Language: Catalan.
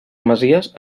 masies